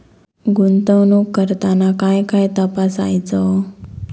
गुंतवणूक करताना काय काय तपासायच?